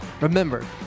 Remember